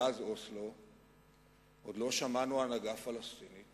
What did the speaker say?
מאז אוסלו עוד לא שמענו הנהגה פלסטינית